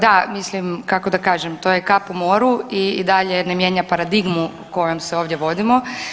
Da, mislim kako da kažem to je kap u moru i dalje ne mijenja paradigmu kojom se ovdje vodimo.